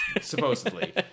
supposedly